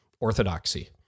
orthodoxy